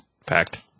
Fact